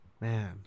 Man